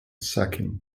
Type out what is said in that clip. sacking